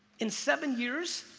in seven years,